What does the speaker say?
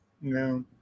No